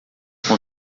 com